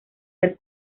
del